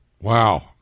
Wow